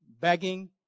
begging